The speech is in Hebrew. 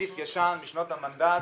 רציף ישן משנות המנדט.